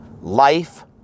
life